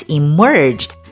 emerged